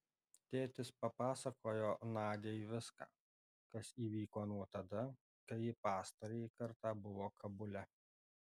tėtis papasakojo nadiai viską kas įvyko nuo tada kai ji pastarąjį kartą buvo kabule